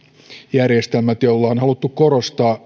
järjestelmät joilla on haluttu korostaa